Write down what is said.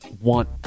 want